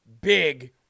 big